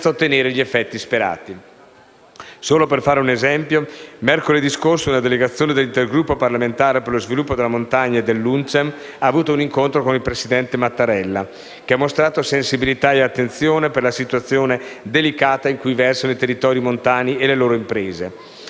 Solo per fare un esempio, mercoledì scorso una delegazione dell'Intergruppo parlamentare per lo sviluppo della montagna e dell'UNCEM ha avuto un incontro con il presidente Mattarella, che ha mostrato sensibilità e attenzione per la situazione delicata in cui versano i territori montani e le loro imprese